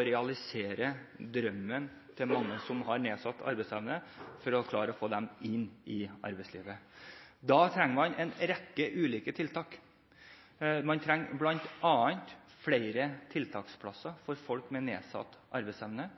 realisere drømmen til mange som har nedsatt arbeidsevne, ved å klare å få dem inn i arbeidslivet. Da trenger man en rekke ulike tiltak – bl.a. flere tiltaksplasser for folk med nedsatt arbeidsevne.